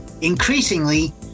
Increasingly